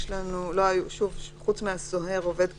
חוץ מהסוהר, עובד כבאות,